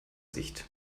sicht